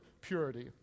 purity